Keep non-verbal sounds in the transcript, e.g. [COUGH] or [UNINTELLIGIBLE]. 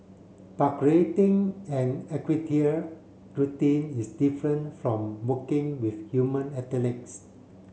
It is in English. but creating an [UNINTELLIGIBLE] routine is different from working with human athletes